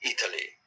Italy